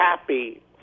happy